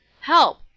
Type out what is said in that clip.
Help